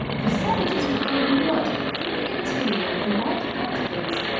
the savages procured mud from the interior of the white-ant hills,